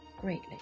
greatly